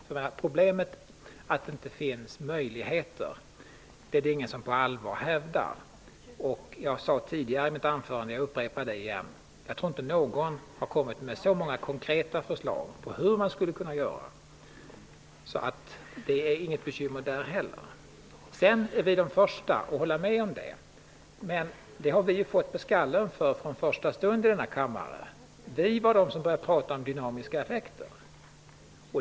Det är ingen som på allvar hävdar att problemet är att det inte finns möjligheter. Som jag sade tidigare i mitt anförande tror jag inte att någon har kommit med så många konkreta förslag till hur man skulle kunna göra. Det finns inget bekymmer på den punkten heller. Vi är de första att hålla med om det. Men det har vi fått på skallen för från första stund här i kammaren. Det var vi som började prata om dynamiska effekter.